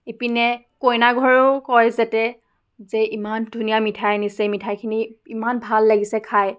ইপিনে কইনাঘৰেও কয় যাতে যে ইমান ধুনীয়া মিঠাই আনিছে মিঠাইখিনি ইমান ভাল লগিছে খাই